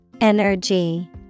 Energy